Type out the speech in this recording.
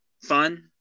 fun